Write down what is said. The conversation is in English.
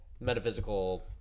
metaphysical